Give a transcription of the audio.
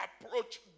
approach